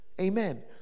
Amen